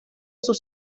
sus